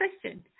question